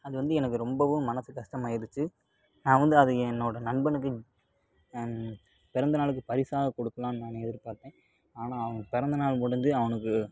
அது வந்து எனக்கு ரொம்பவும் மனசு கஷ்டமாயிருச்சு நான் வந்து அது என்னோட நண்பனுக்கு பிறந்தநாளுக்கு பரிசாக கொடுக்கலான்னு நான் எதிர்பார்த்தேன் ஆனால் அவன் பிறந்தநாள் முடிஞ்சு அவனுக்கு